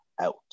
out